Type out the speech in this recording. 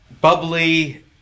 bubbly